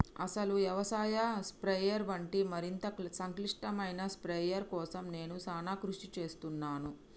అసలు యవసాయ స్ప్రయెర్ వంటి మరింత సంక్లిష్టమైన స్ప్రయెర్ కోసం నేను సానా కృషి సేస్తున్నాను